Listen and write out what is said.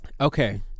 Okay